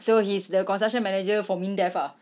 so he's the construction manager for MINDEF lah